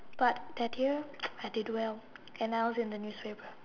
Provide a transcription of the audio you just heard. but that day I did well and I was in the newspaper